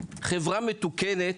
חברה מתוקנת,